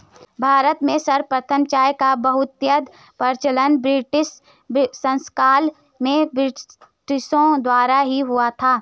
भारत में सर्वप्रथम चाय का बहुतायत प्रचलन ब्रिटिश शासनकाल में ब्रिटिशों द्वारा ही हुआ था